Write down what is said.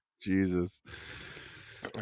Jesus